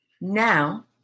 Now